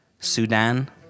Sudan